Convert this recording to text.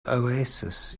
oasis